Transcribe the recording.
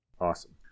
Awesome